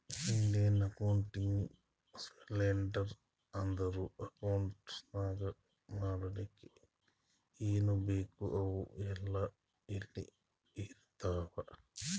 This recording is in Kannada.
ಇಂಡಿಯನ್ ಅಕೌಂಟಿಂಗ್ ಸ್ಟ್ಯಾಂಡರ್ಡ್ ಅಂದುರ್ ಅಕೌಂಟ್ಸ್ ನಾಗ್ ಮಾಡ್ಲಕ್ ಏನೇನ್ ಬೇಕು ಅವು ಎಲ್ಲಾ ಇಲ್ಲಿ ಇರ್ತಾವ